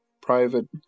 private